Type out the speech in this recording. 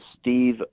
Steve